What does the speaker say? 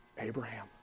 Abraham